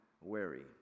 wary